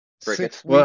six